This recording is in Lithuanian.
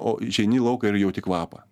o išeini į lauką ir jauti kvapą